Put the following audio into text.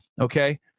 Okay